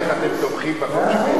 איך אתם תומכים בחוק הזה.